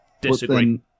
Disagree